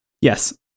yes